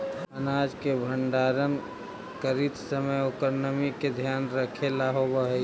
अनाज के भण्डारण करीत समय ओकर नमी के ध्यान रखेला होवऽ हई